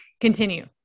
continue